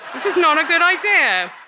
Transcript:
this is not a good idea!